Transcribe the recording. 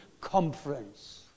conference